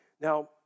Now